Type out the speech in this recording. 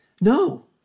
no